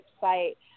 site